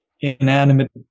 inanimate